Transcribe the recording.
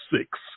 six